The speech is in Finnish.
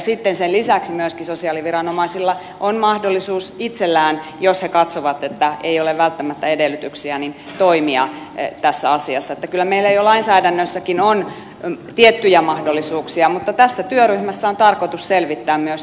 sitten sen lisäksi myöskin sosiaaliviranomaisilla on mahdollisuus itsellään jos he katsovat että ei ole välttämättä edellytyksiä toimia tässä asiassa niin että kyllä meillä jo lainsäädännössäkin on tiettyjä mahdollisuuksia mutta tässä työryhmässä on tarkoitus selvittää myös